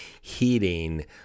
heating